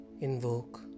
Invoke